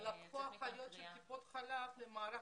אבל לקחו אחיות של טיפות חלב למערך